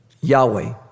Yahweh